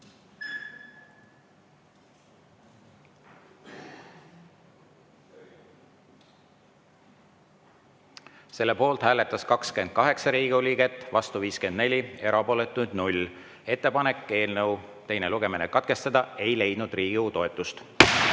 Selle poolt hääletas 28 Riigikogu liiget, vastu 54, erapooletuid 0. Ettepanek eelnõu teine lugemine katkestada ei leidnud Riigikogu toetust.